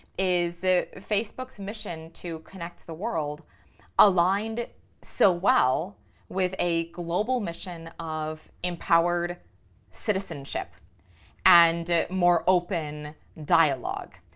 is facebook's mission to connect the world aligned so well with a global mission of empowered citizenship and more open dialogue.